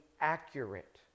accurate